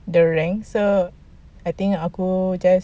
the rank so I think aku just